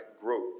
growth